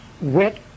wet